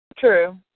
True